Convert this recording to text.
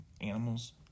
animals